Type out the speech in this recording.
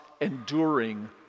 enduring